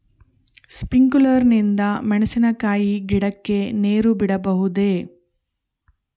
Sprinkler ನಿಂದ ಮೆಣಸಿನಕಾಯಿ ಗಿಡಕ್ಕೆ ನೇರು ಬಿಡಬಹುದೆ?